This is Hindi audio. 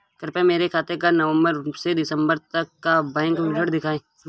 कृपया मेरे खाते का नवम्बर से दिसम्बर तक का बैंक विवरण दिखाएं?